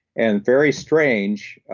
and very strange,